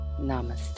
namaste